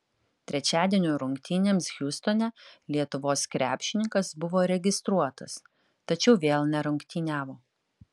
trečiadienio rungtynėms hjustone lietuvos krepšininkas buvo registruotas tačiau vėl nerungtyniavo